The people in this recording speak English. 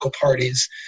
parties